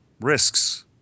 risks